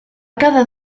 quedar